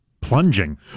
Plunging